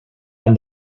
and